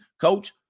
coach